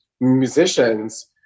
musicians